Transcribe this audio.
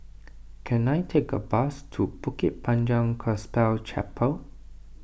can I take a bus to Bukit Panjang Gospel Chapel